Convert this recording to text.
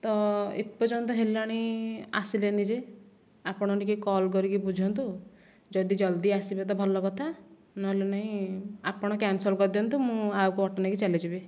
ତ ଏପର୍ଯ୍ୟନ୍ତ ହେଲାଣି ଆସିଲେନି ଯେ ଆପଣ ଟିକେ କଲ୍ କରିକି ବୁଝନ୍ତୁ ଯଦି ଜଲଦି ଆସିବେ ତ ଭଲ କଥା ନହେଲେ ନାଇଁ ଆପଣ କ୍ୟାନସଲ୍ କରିଦିଅନ୍ତୁ ମୁଁ ଆଉ କେଉଁ ଅଟୋ ନେଇକି ଚାଲିଯିବି